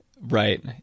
Right